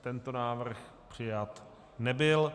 Tento návrh přijat nebyl.